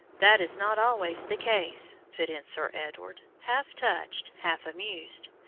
that is not always the case, put in sir edward, half touched, half amused.